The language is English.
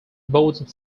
boarding